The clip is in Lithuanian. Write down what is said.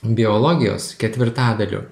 biologijos ketvirtadaliu